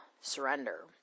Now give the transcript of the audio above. surrender